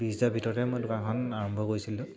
বিছ হাজাৰ ভিতৰতে মই দোকানখন আৰম্ভ কৰিছিলোঁ